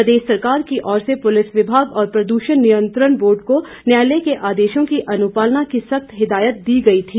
प्रदेश सरकार की ओर से पुलिस विभाग और प्रदूषण नियंत्रण को न्यायालय के आदेशों की अनुपालना की सख्त हिदायत दी गई थी